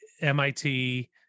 MIT